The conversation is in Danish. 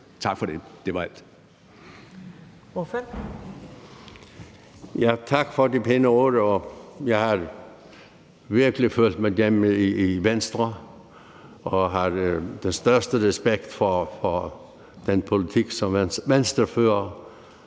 Ordføreren. Kl. 21:29 Edmund Joensen (SP): Tak for de pæne ord. Jeg har virkelig følt mig hjemme i Venstre og har den største respekt for den politik, som Venstre fører,